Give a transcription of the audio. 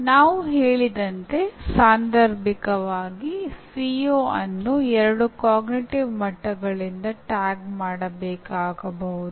ಆದ್ದರಿಂದ ಕಲಿಕೆಯನ್ನು ಅಪೇಕ್ಷಣೀಯ ಸಿನಾಪ್ಸ್ಗಳನ್ನು ಸ್ಥಿರಗೊಳಿಸುವ ದೃಷ್ಟಿಯಿಂದ ವ್ಯಾಖ್ಯಾನಿಸಬಹುದು